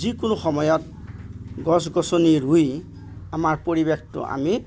যিকোনো সময়ত গছ গছনি ৰুই আমাৰ পৰিৱেশটো আমি